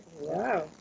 Wow